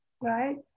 Right